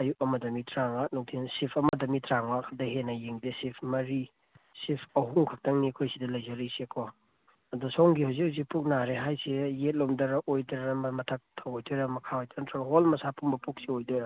ꯑꯌꯨꯛ ꯑꯃꯗ ꯃꯤ ꯇꯔꯥꯃꯉꯥ ꯅꯨꯡꯊꯤꯟ ꯁꯤꯐ ꯑꯃꯗ ꯃꯤ ꯇꯔꯥꯃꯉꯥꯗꯒꯤ ꯍꯦꯟꯅ ꯌꯦꯡꯗꯦ ꯁꯤꯐ ꯃꯔꯤ ꯁꯤꯐ ꯑꯍꯨꯝ ꯈꯛꯇꯪꯅꯤ ꯑꯩꯈꯣꯏ ꯁꯤꯗ ꯂꯩꯖꯔꯤꯁꯦꯀꯣ ꯑꯗꯣ ꯁꯣꯝꯒꯤ ꯍꯧꯖꯤꯛ ꯍꯧꯖꯤꯛ ꯄꯨꯛ ꯅꯥꯔꯦ ꯍꯥꯏꯁꯦ ꯌꯦꯠꯂꯣꯝꯗꯔ ꯑꯣꯏꯗꯔ ꯃꯊꯛꯇ ꯑꯣꯏꯗꯣꯏꯔ ꯃꯈꯥꯋꯥꯏꯗ ꯅꯠꯇ꯭ꯔꯒ ꯍꯣꯜ ꯃꯁꯥꯄꯨꯝꯕ ꯄꯨꯛꯁꯤ ꯑꯣꯏꯗꯣꯏꯔ